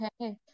Okay